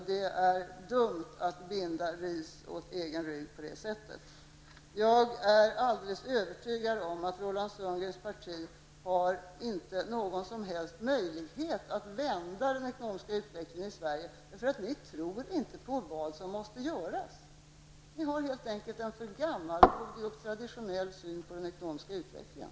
Det är dumt att binda ris åt egen rygg på det sättet. Jag är alldeles övertygad om att Roland Sundgrens parti inte har någon som helst möjlighet att vända den ekonomiska utvecklingen i Sverige, eftersom ni inte tror på det som måste göras. Ni har helt enkelt en för gammalmodig och traditionell syn på den ekonomiska utvecklingen.